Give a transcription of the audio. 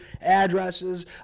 addresses